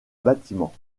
bâtiment